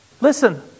listen